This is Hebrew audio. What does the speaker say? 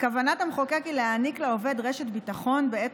כוונת המחוקק הייתה להעניק לעובד רשת ביטחון בעת